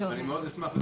חיים ברקוביץ פה.